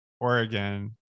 Oregon